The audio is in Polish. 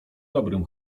dobrym